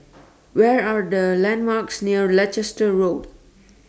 Where Are The landmarks near Leicester Road